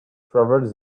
travels